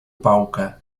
pałkę